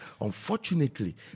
Unfortunately